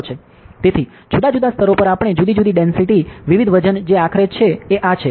તેથી જુદા જુદા સ્તરો પર આપણી જુદી જુદી ડેંસિટી વિવિધ વજન જે આખરે આ છે